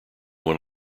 one